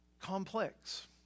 complex